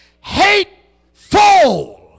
Hateful